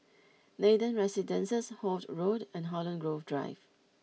Nathan Residences Holt Road and Holland Grove Drive